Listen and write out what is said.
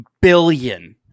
billion